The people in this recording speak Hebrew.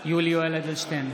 יולי יואל אדלשטיין,